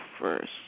first